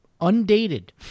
undated